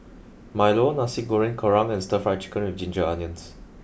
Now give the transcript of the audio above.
Milo Nasi Goreng Kerang and Stir Fried Chicken with Ginger Onions